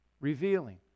revealing